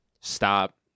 stop